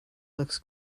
looks